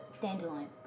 dandelion